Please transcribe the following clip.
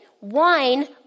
Wine